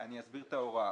אני אסביר את ההוראה.